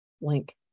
link